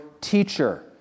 teacher